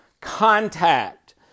contact